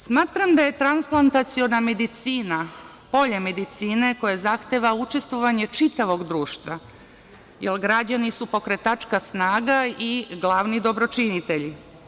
Smatram da je transplantaciona medicina polje medicine koje zahteva učestvovanje čitavog društva, jer građani su pokretačka snaga i glavni dobročinitelji.